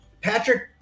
patrick